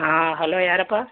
ಹಾಂ ಹಲೋ ಯಾರಪ್ಪಾ